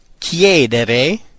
Chiedere